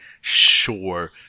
sure